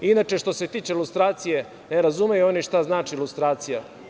Inače, što se tiče lustracije, ne razumeju oni šta znači lustracija.